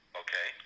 okay